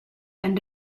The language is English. and